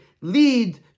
lead